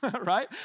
right